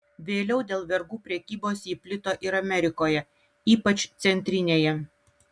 vėliau dėl vergų prekybos ji plito ir amerikoje ypač centrinėje